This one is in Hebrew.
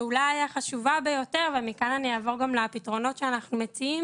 ואולי החשובה ביותר ומכאן אני אעבור גם לפתרונות שאנחנו מציעים